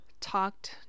talked